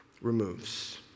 removes